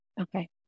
Okay